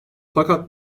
fakat